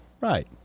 right